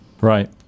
Right